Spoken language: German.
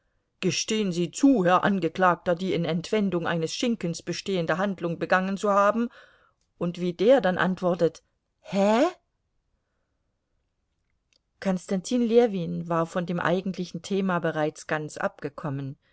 gestehen sie zu herr angeklagter die in entwendung eines schinkens bestehende handlung begangen zu haben und wie der dann antwortet hä konstantin ljewin war von dem eigentlichen thema bereits ganz abgekommen